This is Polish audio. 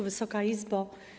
Wysoka Izbo!